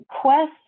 Quest